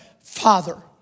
Father